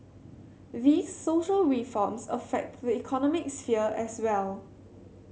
these social reforms affect the economic sphere as well